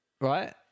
Right